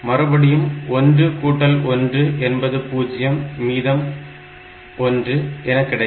மறுபடியும் 1 கூட்டல் 1 என்பது 0 மற்றும் மீதம் 1 என கிடைக்கும்